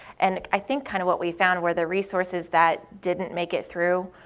and i think kind of what we've found were the resources that didn't make it through,